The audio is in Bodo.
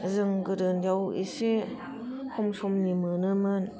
जों गोदो उन्दैआव एसे खम समनि मोनोमोन